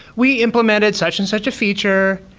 we implemented such and such a feature.